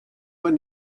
when